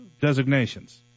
designations